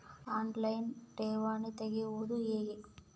On line ಠೇವಣಿ ತೆರೆಯುವುದು ಹೇಗೆ?